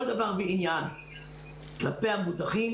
שניתן בכל דבר ועניין כלפי המבוטחים.